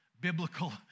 biblical